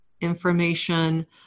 information